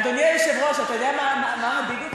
אדוני היושב-ראש, אתה יודע מה מדאיג אותי?